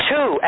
Two